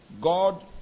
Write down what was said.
God